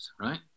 right